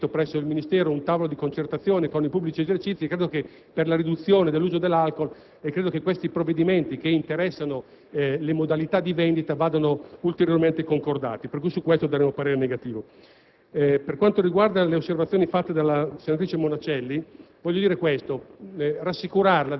anche a normative già presenti nel decreto. Inoltre, ricordo che è istituito presso il Ministero un tavolo di concertazione con i pubblici esercizi per la riduzione dell'uso dell'alcol e credo che queste norme, che interessano le modalità di vendita, vadano ulteriormente concordate. Su questi emendamenti,